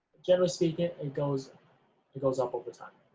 generally speaking, it goes it goes up over time.